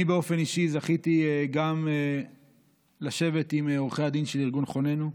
אני באופן אישי זכיתי לשבת עם עורכי הדין של ארגון חוננו.